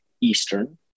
Eastern